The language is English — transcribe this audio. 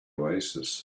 oasis